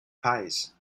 pies